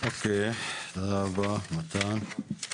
תודה רבה מתן.